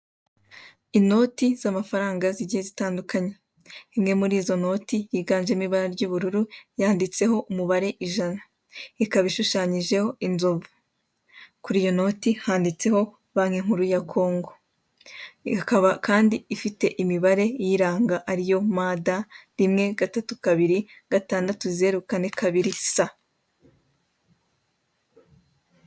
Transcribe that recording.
Inoti z'amafaranga zigiye zitandukanye. Imwe muri izo noti yiganjemo ibara ry'ubururu yanditseho umubare ijana ikaba ishushanyijeho inzovu. Kuri iyo noti handitseho banki nkuru ya Kongo. Hakaba kandi ifite imibare iyiranga ariyo ma da, rimwe, gatatu, kabiri, gatandatu, zeru, kane, kabiri, sa.